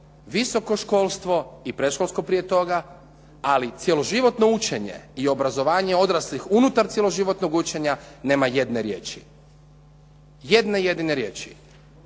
visoko školstvo i predškolsko prije toga, ali cjeloživotno učenje i obrazovanje odraslih unutar cjeloživotnog učenja nema jedne riječi, jedne jedine riječi.